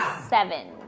Seven